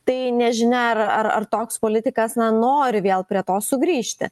tai nežinia ar ar ar toks politikas na nori vėl prie to sugrįžti